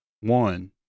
one